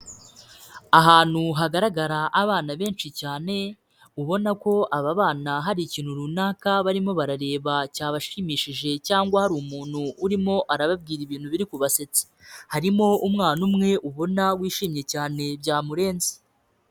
Ahantu hagaragara abana benshi cyane, ubona ko aba bana hari ikintu runaka barimo barareba cyabashimishije cyangwa hari umuntu urimo arababwira ibintu biri kubasetsa. Harimo umwana umwe ubona wishimye cyane, byamurenze.